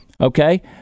Okay